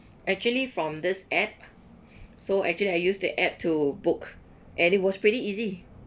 actually from this app so actually I use the app to book and it was pretty easy